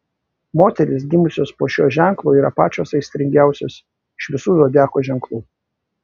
moterys gimusios po šiuo ženklu yra pačios aistringiausios iš visų zodiako ženklų